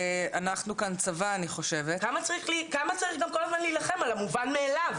אנחנו כאן צבא אני חושבת --- למה צריך כל הזמן להילחם על המובן מאליו,